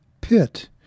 Pit